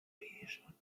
europäischen